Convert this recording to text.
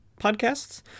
podcasts